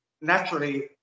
naturally